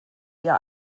ihr